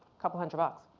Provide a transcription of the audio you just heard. couple hundred bucks.